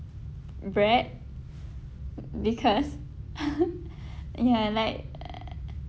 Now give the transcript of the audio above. bread because ya like uh